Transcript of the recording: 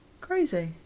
Crazy